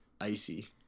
Icy